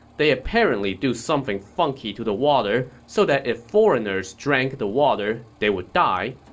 they apparently do something funky to the water so that if foreigners drank the water, they would die.